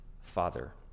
Father